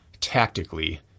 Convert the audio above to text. tactically